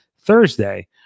Thursday